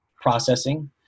processing